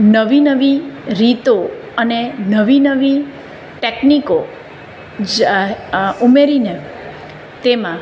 નવી નવી રીતો અને નવી નવી ટેકનિકો જા ઉમેરીને તેમાં